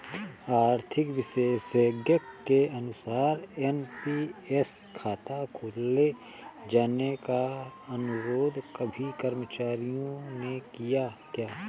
आर्थिक विशेषज्ञ के अनुसार एन.पी.एस खाता खोले जाने का अनुरोध सभी कर्मचारियों ने किया